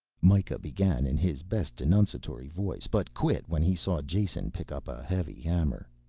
mikah began in his best denunciatory voice, but quit when he saw jason pick up a heavy hammer.